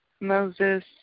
Moses